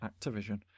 Activision